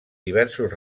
diversos